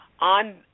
on